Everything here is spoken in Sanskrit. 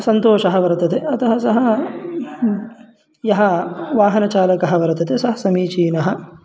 सन्तोषः वर्तते अतः सः यः वाहनचालकः वर्तते सः समीचीनः